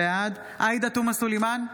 בעד עאידה תומא סלימאן,